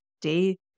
day